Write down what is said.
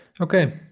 okay